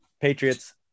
Patriots